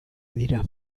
dira